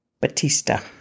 Batista